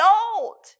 old